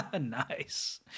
nice